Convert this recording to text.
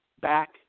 back